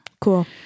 Cool